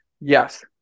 Yes